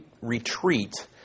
retreat